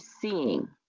seeing